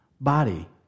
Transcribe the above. body